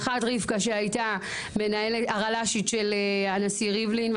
האחת רבקה שהייתה הרל"שית של הנשיא ריבלין,